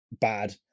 bad